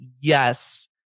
Yes